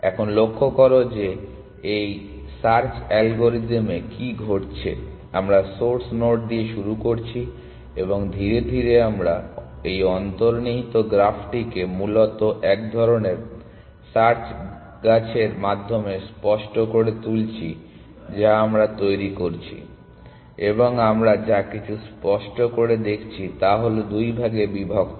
এখন লক্ষ্য করো যে এই সার্চ অ্যালগরিদমে কি ঘটছে আমরা সোর্স নোড দিয়ে শুরু করছি এবং আমরা ধীরে ধীরে এই অন্তর্নিহিত গ্রাফটিকে মূলত এক ধরণের সার্চ গাছের মাধ্যমে স্পষ্ট করে তুলছি যা আমরা তৈরি করছি এবং আমরা যা কিছু স্পষ্ট করে দেখছি তা হল দুই ভাগে বিভক্ত